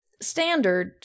standard